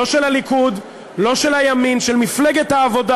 לא של הליכוד, לא של הימין, של מפלגת העבודה,